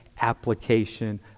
application